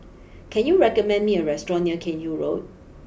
can you recommend me a restaurant near Cairnhill Road